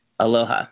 Aloha